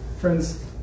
friends